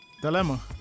Dilemma